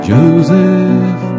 Joseph